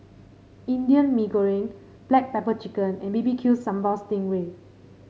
Indian Mee Goreng Black Pepper Chicken and B B Q Sambal Sting Ray